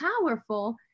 powerful